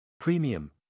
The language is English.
Premium